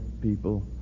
people